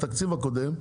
בתקציב הקודם,